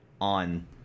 on